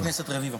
חבר הכנסת רביבו.